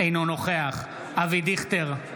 אינו נוכח אבי דיכטר,